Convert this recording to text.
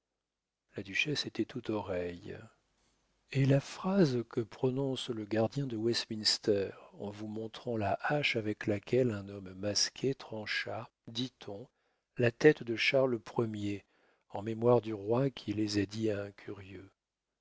la duchesse était tout oreilles est la phrase que prononce le gardien de westminster en vous montrant la hache avec laquelle un homme masqué trancha dit-on la tête de charles ier en mémoire du roi qui les dit à un curieux